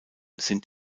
sind